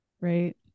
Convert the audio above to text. right